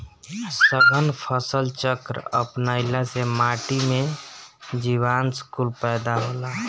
सघन फसल चक्र अपनईला से माटी में जीवांश कुल पैदा होला